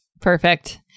Perfect